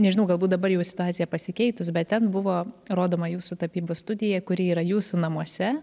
nežinau galbūt dabar jau situacija pasikeitus bet ten buvo rodoma jūsų tapybos studija kuri yra jūsų namuose